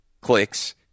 clicks